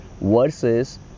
Versus